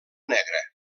negra